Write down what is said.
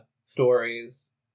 stories